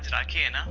i can't